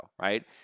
right